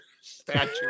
statue